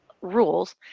rules